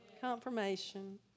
Confirmation